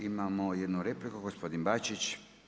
Imamo jednu repliku gospodin Bačić.